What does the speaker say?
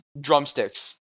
drumsticks